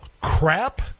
crap